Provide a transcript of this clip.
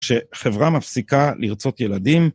שחברה מפסיקה לרצות ילדים.